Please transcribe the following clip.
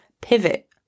pivot